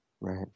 Right